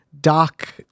doc